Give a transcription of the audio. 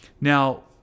Now